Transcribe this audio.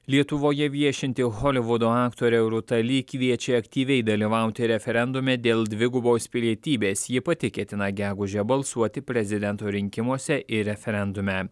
lietuvoje viešinti holivudo aktorė rūta lee kviečia aktyviai dalyvauti referendume dėl dvigubos pilietybės ji pati ketina gegužę balsuoti prezidento rinkimuose ir referendume